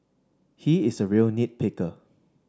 he is a real nit picker